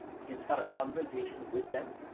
you can start a conversation with them,